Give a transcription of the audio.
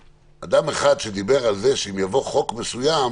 אדם אחד שדיבר על זה שאם יבוא חוק מסוים,